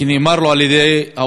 כי נאמר לו באוצר